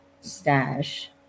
stash